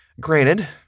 Granted